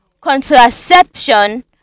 contraception